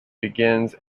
begins